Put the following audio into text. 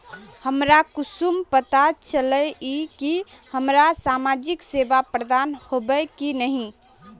हमरा कुंसम पता चला इ की हमरा समाजिक सेवा प्रदान होबे की नहीं?